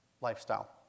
lifestyle